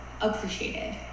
appreciated